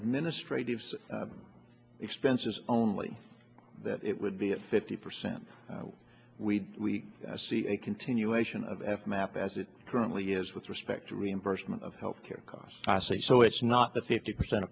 administrative expenses only that it would be at fifty percent we see a continuation of f map as it currently is with respect to reimbursement of health care costs i say so it's not that fifty percent